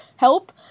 help